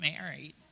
married